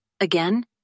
Again